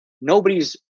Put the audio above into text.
nobody's